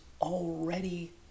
already